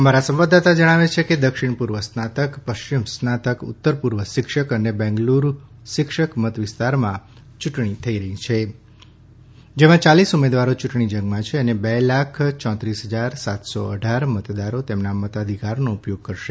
અમારા સંવાદદાતા જણાવે છે કે દક્ષિણ પૂર્વ સ્નાતક પશ્ચિમ સ્નાતક ઉત્તરપૂર્વ શિક્ષક અને બેંગલુરૂ શિક્ષક મતવિસ્તારમાં યૂંટણી થઈ રહી છે જેમાં યાલીસ ઉમેદવારો ચૂંટણી જંગમાં છે અને બે લાખ ચોત્રીસ ફજાર સાતસો અઠાર મતદારો તેમના મતાધિકારનો ઉપયોગ કરશે